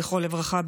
זכרו לברכה,